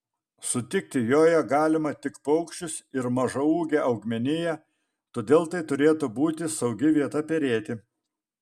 sutikti joje galima tik paukščius ir mažaūgę augmeniją todėl tai turėtų būti saugi vieta perėti